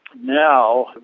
now